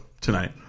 tonight